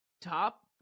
top